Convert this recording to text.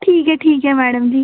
ठीक ऐ ठीक ऐ मैडम जी